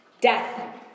Death